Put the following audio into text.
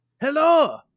Hello